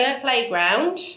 playground